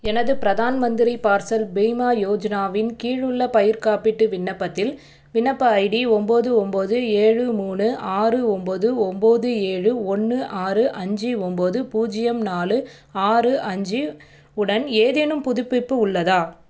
எனது பிரதான் மந்திரி ஃபாசல் பீமா யோஜனாவின் கீழ் உள்ள பயிர்க் காப்பீட்டு விண்ணப்பத்தில் விண்ணப்ப ஐடி ஒம்போது ஒம்போது ஏழு மூணு ஆறு ஒம்போது ஒம்போது ஏழு ஒன்று ஆறு அஞ்சு ஒம்போது பூஜ்ஜியம் நாலு ஆறு அஞ்சு உடன் ஏதேனும் புதுப்பிப்பு உள்ளதா